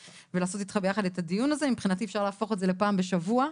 מבחינתי אפשר להפוך את זה למשהו של פעם בשבוע.